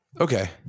Okay